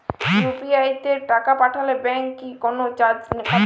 UPI তে টাকা পাঠালে ব্যাংক কি কোনো চার্জ কাটে?